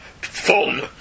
fun